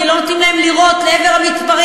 כי לא נותנים להם לירות לעבר המתפרעים,